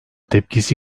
tepkisi